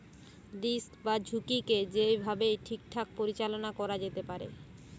risk বা ঝুঁকিকে যেই ভাবে ঠিকঠাক পরিচালনা করা যেতে পারে